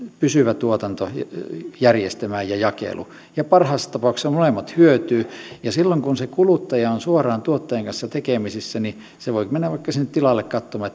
pysyvään tuotantojärjestelmään ja jakeluun ja parhaassa tapauksessa molemmat hyötyvät silloin kun se kuluttaja on suoraan tuottajan kanssa tekemisissä niin se voi mennä vaikka sinne tilalle katsomaan